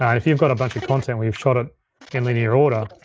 and if you've got a bunch of content where you've shot it in linear order,